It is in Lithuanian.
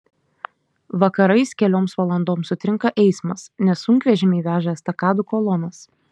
vakarais kelioms valandoms sutrinka eismas nes sunkvežimiai veža estakadų kolonas